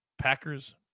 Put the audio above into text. packers